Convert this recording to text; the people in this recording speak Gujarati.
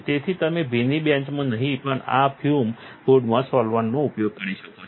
તેથી તમે ભીની બેન્ચમાં નહીં પણ આ ફ્યુમ હૂડમાં સોલ્વન્ટનો ઉપયોગ કરી શકો છો